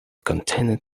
contained